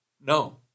No